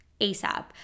ASAP